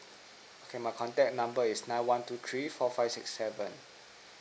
okay my contact number is nine one two three four five six seven